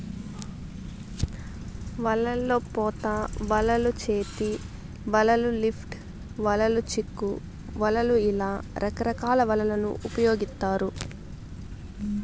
వలల్లో పోత వలలు, చేతి వలలు, లిఫ్ట్ వలలు, చిక్కు వలలు ఇలా రకరకాల వలలను ఉపయోగిత్తారు